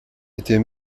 était